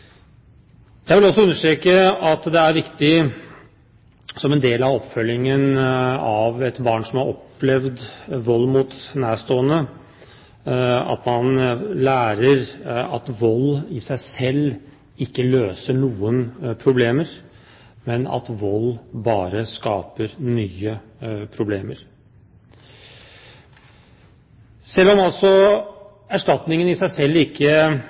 Jeg vil også understreke at det er viktig, som en del av oppfølgingen av et barn som har opplevd vold mot nærstående, at man lærer at vold i seg selv ikke løser noen problemer, men at vold bare skaper nye problemer. Selv om erstatningen i seg selv ikke